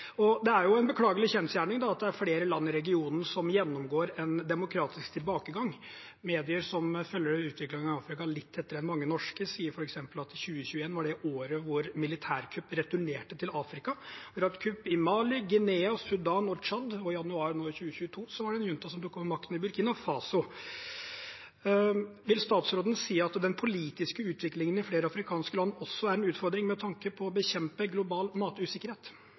Det er en beklagelig kjensgjerning at det er flere land i regionen som gjennomgår en demokratisk tilbakegang. Medier som følger utviklingen i Afrika litt tettere enn mange norske, sier f.eks. at 2021 var det året hvor militærkupp returnerte til Afrika. Det har vært kupp i Mali, Guinea, Sudan og Tsjad, og i januar nå i 2022 var det en junta som tok over makten i Burkina Faso. Vil statsråden si at den politiske utviklingen i flere afrikanske land også er en utfordring med tanke på å bekjempe global matusikkerhet?